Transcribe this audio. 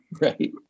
Right